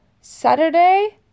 Saturday